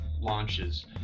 launches